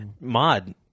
mod